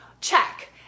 check